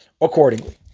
accordingly